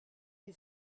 wie